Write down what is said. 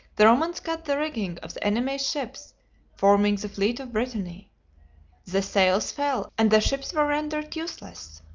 the romans cut the rigging of the enemy's ships forming the fleet of brittany the sails fell and the ships were rendered useless.